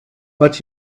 but